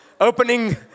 opening